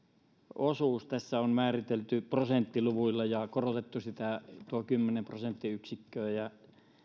osuus tässä on määritelty prosenttiluvuilla ja korotettu sitä tuo kymmenen prosenttiyksikköä